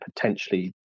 potentially